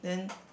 then